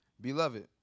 beloved